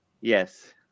Yes